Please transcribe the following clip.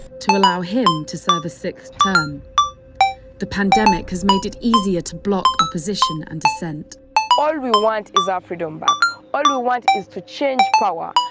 to allow him to serve a sixth term the pandemic has made it easier to block opposition and dissent all we want is our freedom back all we want is to change power,